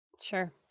Sure